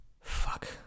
Fuck